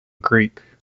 greek